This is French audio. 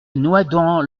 noidans